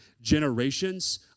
generations